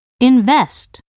invest